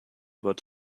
but